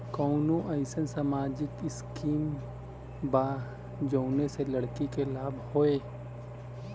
का कौनौ अईसन सामाजिक स्किम बा जौने से लड़की के लाभ हो?